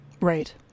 Right